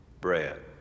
bread